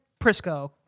Prisco